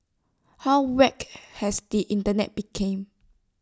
how whacked has the Internet became